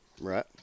Right